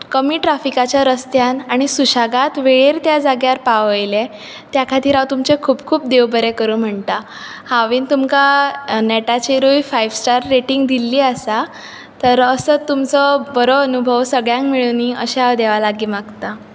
कमी ट्राफिकाच्या रस्त्यान आनी सुशेगाद वेळेर त्या जाग्यार पावयलें त्या खातीर हांव तुमचे खूब खूब देव बरें करूं म्हणटा हावें तुमकां नॅटाचेरूय फायव स्टार रेटींग दिल्ली आसा तर असो तुमचो बरो अनुभव सगळ्यांक मेळुनी अशें हांव देवा लागी मागतां